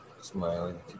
Smiling